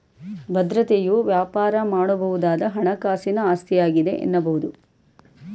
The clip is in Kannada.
ಭದ್ರತೆಯು ವ್ಯಾಪಾರ ಮಾಡಬಹುದಾದ ಹಣಕಾಸಿನ ಆಸ್ತಿಯಾಗಿದೆ ಎನ್ನಬಹುದು